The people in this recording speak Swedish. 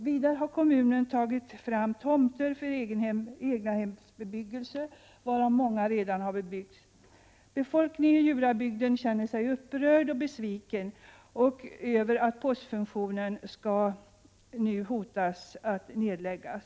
Vidare har kommunen tagit fram tomter för egnahem, varav många redan har byggts.